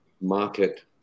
market